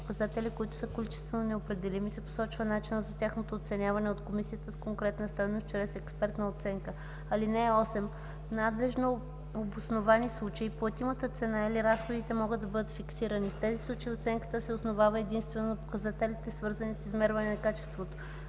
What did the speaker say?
показатели, които са количествено неопределими, се посочва начинът за тяхното оценяване от комисията с конкретна стойност чрез експертна оценка. (8) В надлежно обосновани случаи платимата цена или разходите могат да бъдат фиксирани. В тези случаи оценката се основава единствено на показателите, свързани с измерване на качеството.